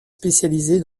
spécialisé